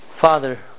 Father